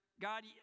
God